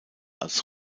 als